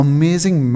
Amazing